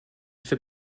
fait